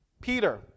Peter